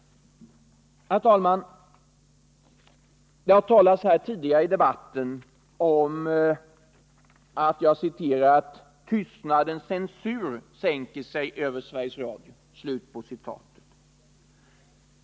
Herr talman! Det har tidigare i debatten talats om att ”tystnadens censur sänker sig över Sveriges Radio”.